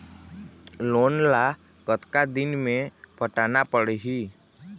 Loan ला कतका दिन मे पटाना पड़ही?